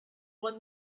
won